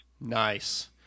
Nice